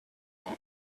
let